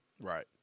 Right